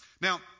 Now